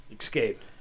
escaped